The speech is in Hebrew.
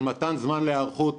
של מתן זמן להיערכות.